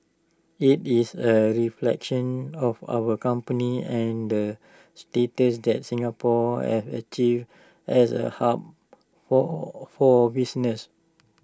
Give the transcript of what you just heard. IT is A reflection of our company and the status that Singapore have achieved as A hub for for business